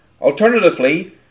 Alternatively